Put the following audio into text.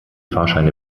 fahrscheine